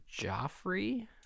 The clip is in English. Joffrey